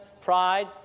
pride